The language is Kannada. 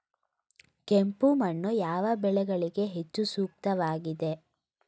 ಕೆಂಪು ಮಣ್ಣು ಯಾವ ಬೆಳೆಗಳಿಗೆ ಹೆಚ್ಚು ಸೂಕ್ತವಾಗಿದೆ?